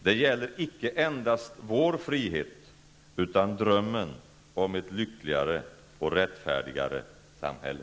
Det gäller icke endast vår frihet utan drömmen om ett lyckligare och rättfärdigare samhälle.''